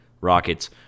Rockets